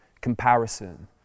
Comparison